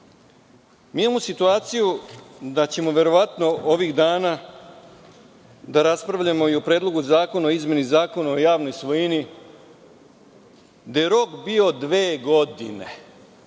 zakona. Imamo situaciju da ćemo verovatno ovih dana da raspravljamo i o Predlogu zakona o izmeni Zakona o javnoj svojini, gde je rok bio dve godine,